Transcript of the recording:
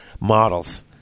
models